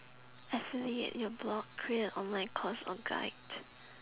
affiliate your blog create a online course or guide